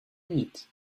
eat